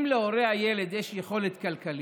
אם להורה הילד יש יכולת כלכלית,